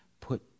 put